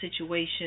situation